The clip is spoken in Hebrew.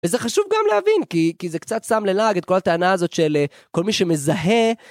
וזה חשוב גם להבין כי זה קצת שם ללעג את כל הטענה הזאת של כל מי שמזהה...